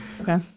Okay